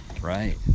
Right